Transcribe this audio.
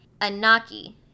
anaki